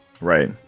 Right